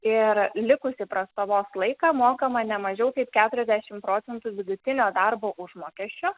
ir likusį prastovos laiką mokama ne mažiau kaip keturiasdešim procentų vidutinio darbo užmokesčio